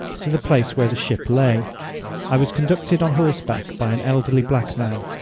to the place where the ship lay i was conducted on horseback by an elderly black man,